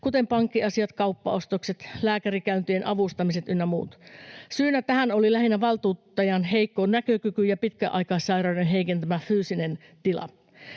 kuten pankkiasiat, kauppaostokset, lääkärikäyntien avustamiset ynnä muut. Syynä tähän oli lähinnä valtuuttajan heikko näkökyky ja pitkäaikaissairauden heikentämä fyysinen tila.